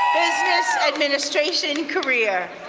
business administration career.